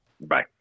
Bye